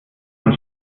man